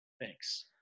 Thanks